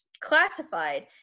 classified